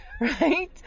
Right